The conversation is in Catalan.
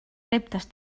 reptes